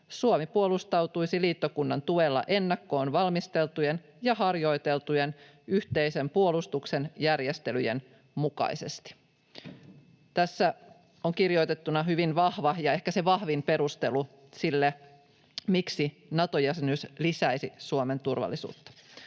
Suomi puolustautuisi liittokunnan tuella ennakkoon valmisteltujen ja harjoiteltujen yhteisen puolustuksen järjestelyjen mukaisesti.” Tässä on kirjoitettuna hyvin vahva, ja ehkä se vahvin, perustelu sille, miksi Nato-jäsenyys lisäisi Suomen turvallisuutta.